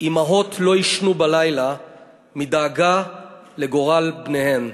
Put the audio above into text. אימהות לא יישנו בלילה מדאגה לגורל בניהן.